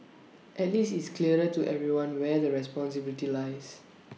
at least it's clearer to everyone where the responsibility lies